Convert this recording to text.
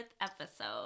episode